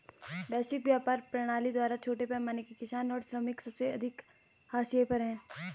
वैश्विक व्यापार प्रणाली द्वारा छोटे पैमाने के किसान और श्रमिक सबसे अधिक हाशिए पर हैं